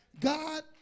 God